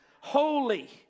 holy